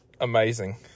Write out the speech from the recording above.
amazing